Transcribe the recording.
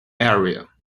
area